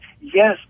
yes